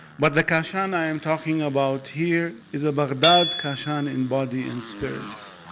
but the kashan i am talking about here is a baghdad kashan in body and spirit.